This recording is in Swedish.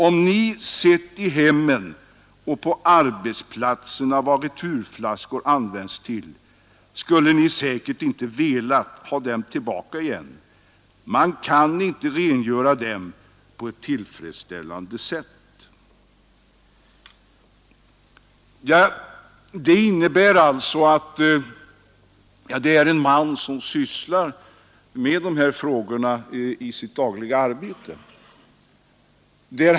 Om ni sett i hemmen och på arbetsplatserna vad returflaskor används till, skulle ni säkert inte velat ha dem tillbaka igen. Man kan inte rengöra dem på ett tillfredsställande sätt.” Det yttrandet fälldes alltså av en man som sysslar med de här frågorna i sitt dagliga arbete.